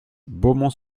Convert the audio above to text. beaumont